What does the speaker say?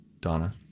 Donna